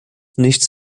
nichts